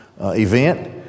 event